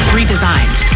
Redesigned